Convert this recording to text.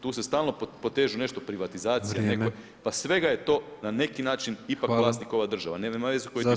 Tu se stalno potežu nešto privatizacije, pa svega je to na neki način ipak vlasnik ova država, nema veze tko je titular.